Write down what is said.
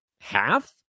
Half